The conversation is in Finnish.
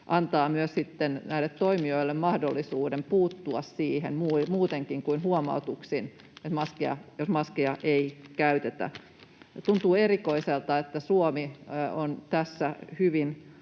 antaa myös näille toimijoille mahdollisuuden puuttua muutenkin kuin huomautuksin siihen, jos maskeja ei käytetä. Tuntuu erikoiselta, että Suomi on tässä hyvin